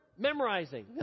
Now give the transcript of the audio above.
Memorizing